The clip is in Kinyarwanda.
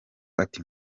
ati